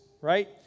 right